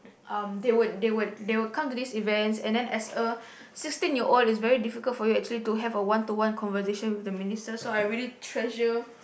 um they would they would they would come to these events and then as a sixteen year old is very difficult for you actually to have a one to one conversation with the minister so I really treasure